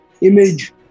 image